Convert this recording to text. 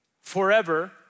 forever